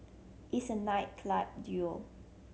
it's a night club duel